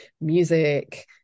music